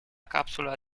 capsula